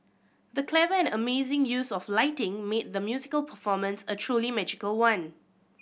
the clever and amazing use of lighting made the musical performance a truly magical one